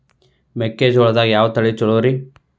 ಮೆಕ್ಕಿಜೋಳದಾಗ ಯಾವ ತಳಿ ಛಲೋರಿ?